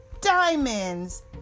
diamonds